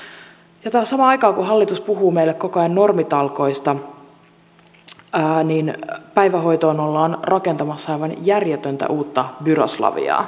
ja samaan aikaan kun hallitus puhuu meille koko ajan normitalkoista päivähoitoon ollaan rakentamassa aivan järjetöntä uutta byroslaviaa